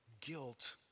guilt